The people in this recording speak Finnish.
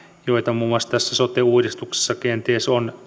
joita muun muassa tässä sote uudistuksessa kenties on